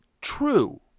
true